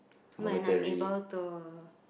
when I'm able to